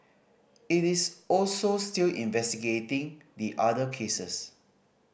it is also still investigating the other cases